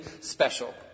special